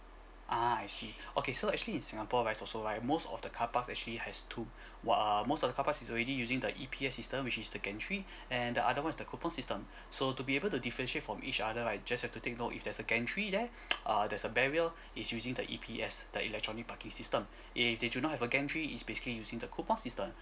ah I see okay so actually in singapore right also right most of the car parks actually has two what uh most of the car parks is already using the E_P_S system which is the gantry and the other one is the coupon system so to be able to differentiate from each other right just have to take note if there's a gantry there uh there's a barrier it's using the E_P_S the electronic parking system if they do not have a gantry it's basically using the coupon system